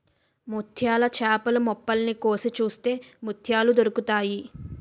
ముత్యాల చేపలు మొప్పల్ని కోసి చూస్తే ముత్యాలు దొరుకుతాయి